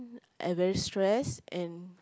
I very stress and